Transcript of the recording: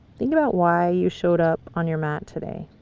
think about why you showed up on your mat today.